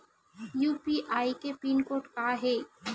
UPI के pin code का हे?